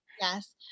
Yes